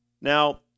Now